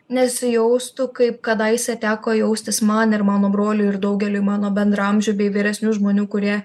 nesijaustų kaip kadaise teko jaustis man ir mano broliui ir daugeliui mano bendraamžių bei vyresnių žmonių kurie